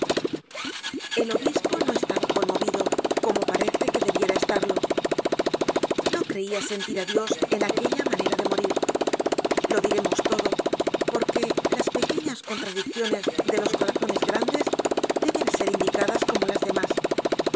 el obispo no estaba conmovido como parece que debiera estarlo no creia sentir á dios en aquella manera de morir lo diremos todo porque las pequeñas contradicciones de los corazones grandes deben ser indicadas como las demas